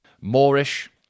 Moorish